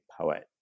poet